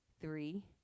three